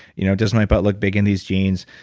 you know does my butt look big in these jeans?